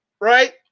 right